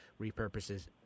repurposes